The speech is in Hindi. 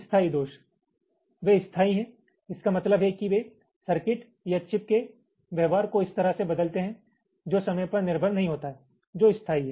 स्थायी दोष वे स्थायी हैं इसका मतलब है कि वे सर्किट या एक चिप के व्यवहार को इस तरह से बदलते हैं जो समय पर निर्भर नहीं होता है जो स्थायी है